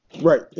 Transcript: right